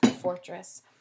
fortress